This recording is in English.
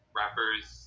rappers